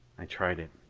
i tried it.